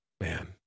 man